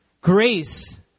grace